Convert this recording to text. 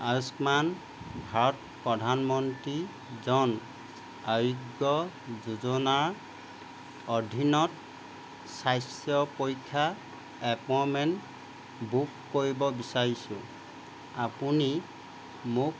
আয়ুষ্মান ভাৰত প্ৰধানমন্ত্ৰী জন আৰোগ্য যোজনাৰ অধীনত স্বাস্থ্য পৰীক্ষাৰ এপইণ্টমেণ্ট বুক কৰিব বিচাৰিছোঁ আপুনি মোক